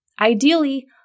Ideally